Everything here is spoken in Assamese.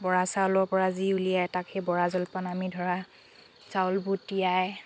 বৰা চাউলৰ পৰা যি উলিয়াই তাক সেই বৰা জলপান আমি ধৰা চাউলবোৰ তিয়াই